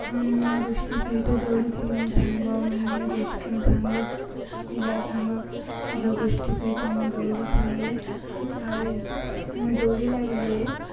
ହଁ ମୁଁ ଗୋଷ୍ଠୀ ସହିତ ଦୌଡ଼ିଥିଲି ମୋ ସାଙ୍ଗମାନେ ଗୋଷ୍ଠୀ ମୋ ସାଙ୍ଗ ପିଲା ସାଙ୍ଗ ଝିଅ ଗୋଷ୍ଠୀ ସହିତ ମୁଁ ଦୌଡ଼ିଥିଲି ଆଉ ମୁଁ ଦୌଡ଼ିଲା ବେଳେ